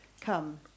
come